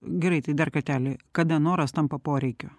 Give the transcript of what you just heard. gerai tai dar kartelį kada noras tampa poreikiu